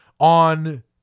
on